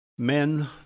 men